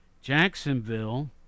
Jacksonville